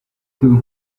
two